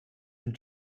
and